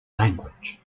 language